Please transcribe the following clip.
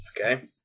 Okay